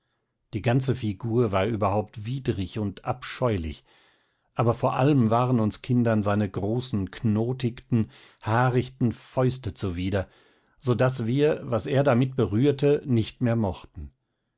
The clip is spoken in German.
die ganze figur war überhaupt widrig und abscheulich aber vor allem waren uns kindern seine großen knotigten haarigten fäuste zuwider so daß wir was er damit berührte nicht mehr mochten